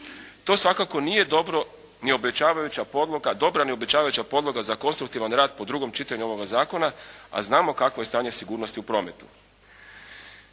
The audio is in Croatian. To svakako nije dobro ni obećavajuća podloga za konstruktivan rad po drugom čitanju ovoga zakona, a znamo kakvo je stanje sigurnosti u prometu.